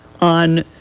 on